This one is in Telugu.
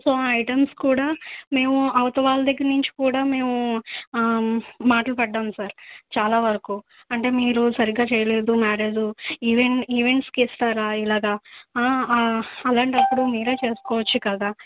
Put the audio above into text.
సో ఐటమ్స్ కూడా మేము అవతల వాళ్ళ దగ్గర నుంచి కూడా మేము మాటలు పడ్డాం సార్ చాలావరకు అంటే మీరు సరిగ్గా చెయ్యలేదు మ్యారేజు ఈవెంట్ ఈవెంట్స్కిస్తారా ఇలాగా అలాంటప్పుడు మీరే చేసుకోవచ్చు కదా